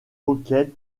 auquel